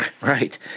right